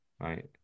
right